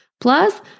Plus